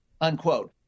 unquote